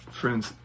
Friends